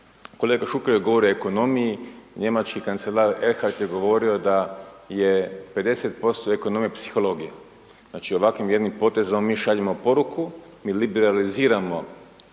Kolega Šuker je govorio o ekonomiji, njemački kancelar Erhard je govorio da je 50% ekonomije psihologija. Znači ovakvim jednim potezom mi šaljemo poruku, mi liberaliziramo